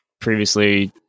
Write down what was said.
previously